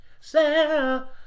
Sarah